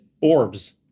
orbs